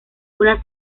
una